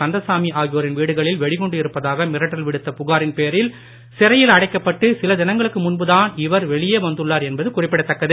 கந்தசாமி ஆகியோரின் வீடுகளில் வெடிகுண்டு இருப்பதாக மிரட்டல் விடுத்த புகாரின் பேரில் சிறையில் அடைக்கப்பட்டு சில தினங்களுக்கு முன்புதான் இவர் வெளியே வந்துள்ளார் என்பது குறிப்பிடத்தக்கது